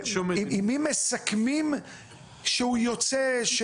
עם מי מסכמים שהוא יוצא.